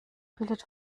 bildet